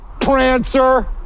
prancer